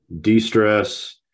De-stress